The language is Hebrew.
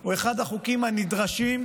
הוא אחד החוקים הנדרשים.